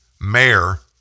mayor